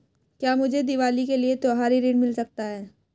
क्या मुझे दीवाली के लिए त्यौहारी ऋण मिल सकता है?